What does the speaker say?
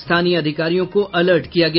स्थानीय अधिकारियों को अलर्ट किया गया